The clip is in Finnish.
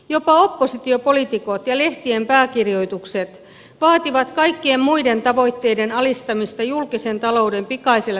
jopa oppositiopoliitikot ja lehtien pääkirjoitukset vaativat kaikkien muiden tavoitteiden alistamista julkisen talouden pikaiselle tasapainottamiselle